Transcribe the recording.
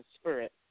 spirit